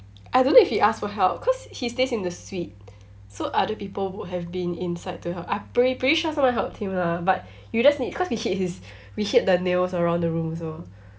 I don't know if he asked for help cause he stays in the suite so other people would have been inside to help I'm pre~ pretty sure someone helped him lah but you just need cause we hid his we hid the nails around the room also